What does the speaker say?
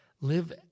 live